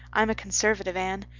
i'm a conservative, anne.